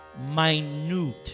minute